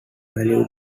value